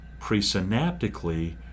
presynaptically